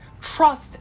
trust